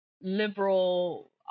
liberal